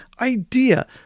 idea